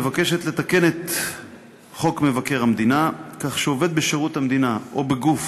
מבקשת לתקן את חוק מבקר המדינה כך שעובד בשירות המדינה או בגוף